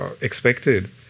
expected